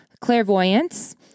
clairvoyance